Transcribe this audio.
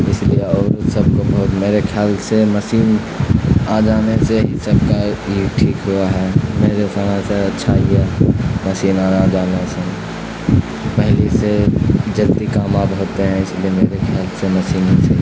اس لیے عورت سب کو بہت میرے خیال سے مشین آ جانے سے ہی سب کا ٹھیک ہوا ہے میرے سمجھ سے اچھا ہی ہے مشین آنا جانے سے پہلے سے جلدی کام اب ہوتے ہیں اس لیے میرے کھیال سے مشین ہی سے